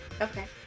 Okay